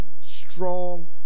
strong